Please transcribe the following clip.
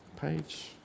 page